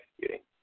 executing